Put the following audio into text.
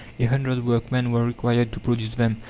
a hundred workmen were required to produce them,